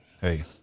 hey